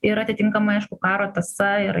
ir atitinkamai aišku karo tąsa ir